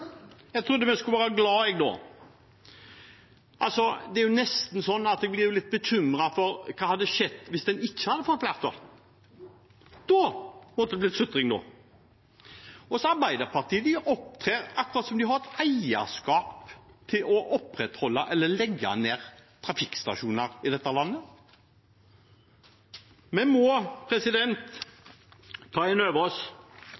Jeg trodde vi skulle være glade. Det er nesten så jeg blir litt bekymret for hva som hadde skjedd hvis en ikke hadde fått flertall. Da måtte det blitt sutring, da! Arbeiderpartiet opptrer akkurat som om de har eierskap til å opprettholde eller legge ned trafikkstasjoner i dette landet. Vi må ta inn over oss